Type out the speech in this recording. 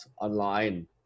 online